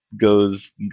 goes